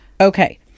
Okay